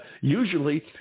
usually